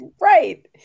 Right